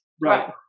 Right